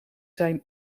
zijn